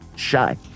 shy